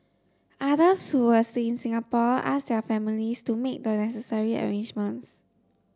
others who were still in Singapore asked their families to make the necessary arrangements